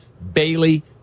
Bailey